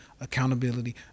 accountability